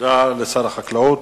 תודה לשר החקלאות.